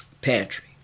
pantry